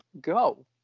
go